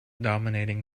dominating